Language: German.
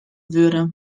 würde